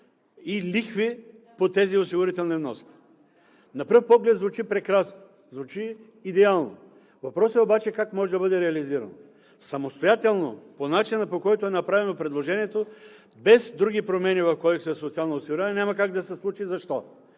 и лихви по тези осигурителни вноски. На пръв поглед звучи прекрасно, звучи идеално. Въпросът обаче е как може да бъде реализирано? Самостоятелно, по начина, по който е направено предложението, без други промени в Кодекса за социално осигуряване, няма как да се случи. Защо?